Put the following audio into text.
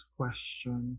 question